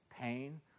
pain